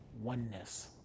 oneness